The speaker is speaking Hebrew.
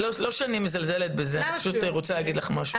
לא שאני מזלזלת בזה, אני פשוט רוצה להגיד לך משהו.